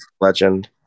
legend